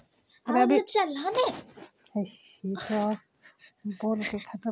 रबि फसल योजना में सरकार के पैसा देतै?